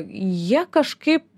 jie kažkaip